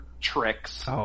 tricks